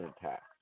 tax